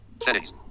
Settings